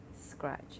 scratch